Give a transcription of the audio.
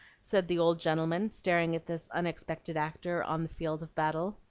said the old gentleman, staring at this unexpected actor on the field of battle.